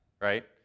right